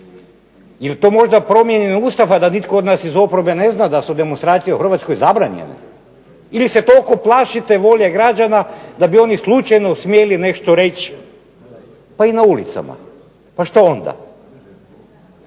li to možda promijenjen Ustav, a da nitko od nas iz oporbe ne zna da su demonstracije u Hrvatskoj zabranjene, ili se toliko plašite volje građana da bi oni slučajno smjeli nešto reći pa i na ulicama. Pa šta onda.